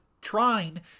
trying